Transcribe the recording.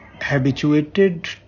habituated